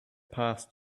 passed